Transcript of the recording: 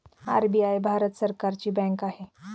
RBI Bharat सरकारची bank आहे